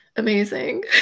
amazing